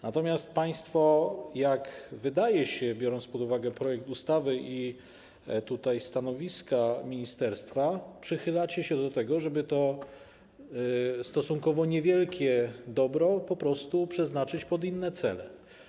Natomiast państwo, jak się wydaje, biorąc pod uwagę projekt ustawy i stanowiska ministerstwa, przychylacie się do tego, żeby to stosunkowo niewielkie dobro po prostu przeznaczyć na inne cele.